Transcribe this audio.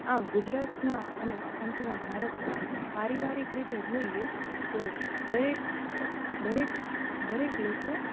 આમ ગુજરાતમાં અને સંપૂર્ણ ભારતમાં પારિવારિક રીતે જોઈએ તો દરેક દરેક દરેક લોકો